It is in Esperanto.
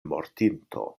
mortinto